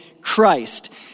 Christ